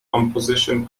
composition